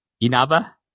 Inaba